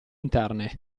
interne